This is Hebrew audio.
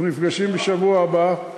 בשבוע הבא,